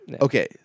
Okay